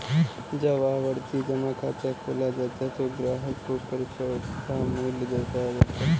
जब आवर्ती जमा खाता खोला जाता है तो ग्राहक को परिपक्वता मूल्य दर्शाया जाता है